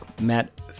Matt